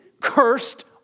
Cursed